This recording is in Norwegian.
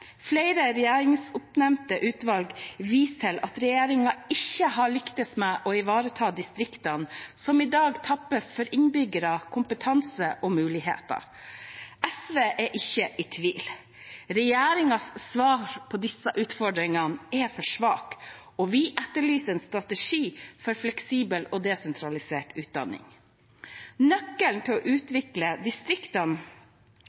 Flere regjeringsoppnevnte utvalg viser til at regjeringen ikke har lyktes med å ivareta distriktene, som i dag tappes for innbyggere, kompetanse og muligheter. SV er ikke i tvil: Regjeringens svar på disse utfordringene er for svake, og vi etterlyser en strategi for fleksibel og desentralisert utdanning. Nøkkelen til å